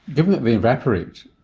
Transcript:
given that they evaporate,